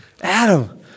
Adam